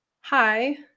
Hi